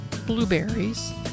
blueberries